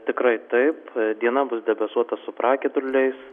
tikrai taip diena bus debesuota su pragiedruliais